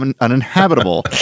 uninhabitable